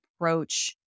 approach